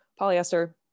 polyester